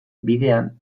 bidean